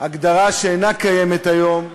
הגדרה שאינה קיימת היום,